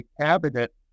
cabinet